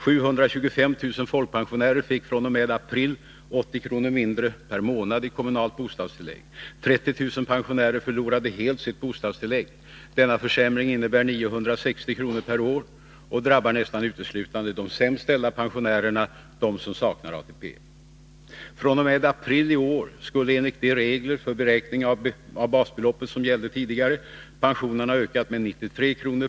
725 000 folkpensionärer fick fr.o.m. april 80 kr. mindre per månad i kommunalt bostadstillägg. 30 000 pensionärer förlorade helt sitt bostadstilllägg. Denna försämring innebär 960 kr. per år och drabbar nästan uteslutande de sämst ställda pensionärerna, de som saknar ATP. fr.o.m. april i år skulle, enligt de regler för beräkning av basbeloppet som gällde tidigare, pensionen ha ökat med 93 kr.